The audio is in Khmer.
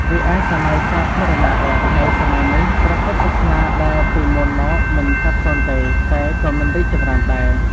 រីឯ សម័យសាធារណរដ្ឋ នៅសម័យនេះ ព្រះពុទ្ធសាសនាដែលពីមុនមកមិនសាបសូន្យទេ តែក៏មិនរីកចម្រើនដែរ ។